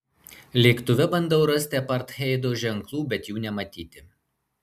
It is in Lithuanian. lėktuve bandau rasti apartheido ženklų bet jų nematyti